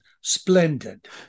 splendid